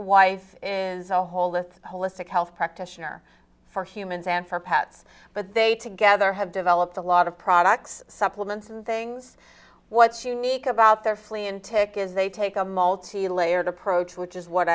wife is a hole with holistic health practitioner for humans and for pets but they together have developed a lot of products supplements and things what's unique about their flea and tick is they take a multi layered approach which is what